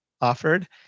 offered